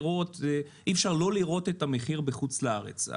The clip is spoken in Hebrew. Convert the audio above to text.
אי אפשר לא לראות את המחיר בחוץ לארץ.